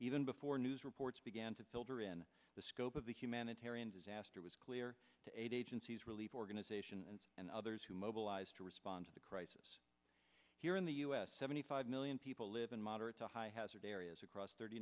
even before news reports began to filter in the scope of the humanitarian disaster was clear to aid agencies relief organizations and others who mobilized to respond to the crisis here in the u s seventy five million people live in moderate to high hazard areas across thirty